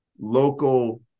local